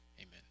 Amen